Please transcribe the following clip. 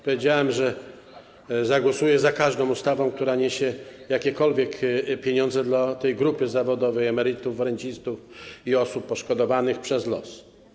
Powiedziałem, że zagłosuję za każdą ustawą, która niesie jakiekolwiek pieniądze dla tej grupy zawodowej, emerytów, rencistów i osób poszkodowanych przez los.